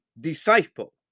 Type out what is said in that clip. disciple